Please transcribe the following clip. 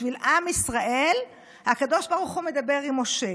בשביל עם ישראל הקדוש ברוך הוא מדבר עם משה,